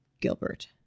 Gilbert